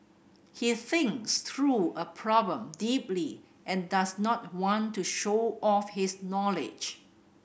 he thinks through a problem deeply and does not want to show off his knowledge